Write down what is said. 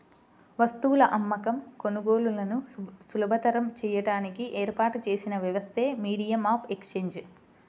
వస్తువుల అమ్మకం, కొనుగోలులను సులభతరం చేయడానికి ఏర్పాటు చేసిన వ్యవస్థే మీడియం ఆఫ్ ఎక్సేంజ్